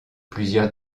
plusieurs